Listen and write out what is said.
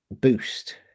boost